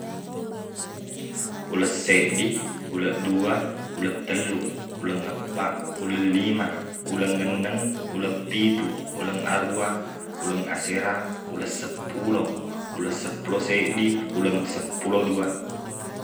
Ulesseddi uleddua ulettellu ulengngeppaq ulellima ulengngenneng uleppitu uleng aruwa uleng asera ulesseppulo ulesseppulo seddi uleng seppulo dua